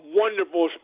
wonderful